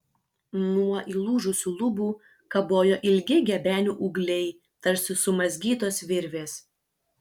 nuo įlūžusių lubų kabojo ilgi gebenių ūgliai tarsi sumazgytos virvės